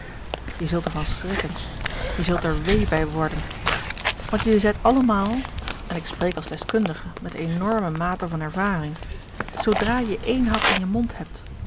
je zult er van schrikken je zult er wee bij worden want jullie zijt allemaal en ik spreek als deskundige met enorme mate van ervaring zdra je één hap in je mond hebt